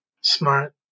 Smart